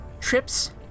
trips